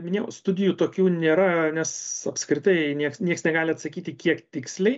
minėjau studijų tokių nėra nes apskritai nieks nieks negali atsakyti kiek tiksliai